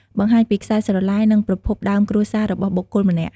បង្ហាញពី ខ្សែស្រឡាយ និង ប្រភពដើមគ្រួសារ របស់បុគ្គលម្នាក់។